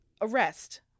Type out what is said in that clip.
arrest